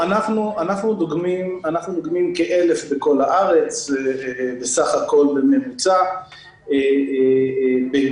אנחנו דוגמים כ-1,000 בכל הארץ בסך הכול בממוצע בשבוע,